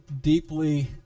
deeply